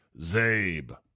Zabe